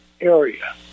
area